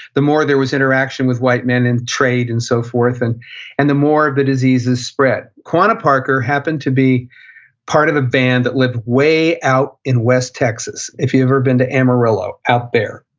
the more there was interaction with white men and trade and so forth. and and the more the diseases spread quanah parker happened to be part of a band that lived way out in west texas. if you've ever been to amarillo, amarillo, out there.